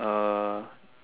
uh